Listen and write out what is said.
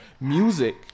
music